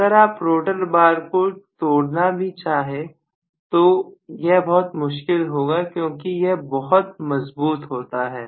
अगर आप rotor bar को तोड़ना भी चाहे तो यह बहुत मुश्किल होगा क्योंकि यह बहुत मजबूत होता है